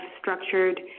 structured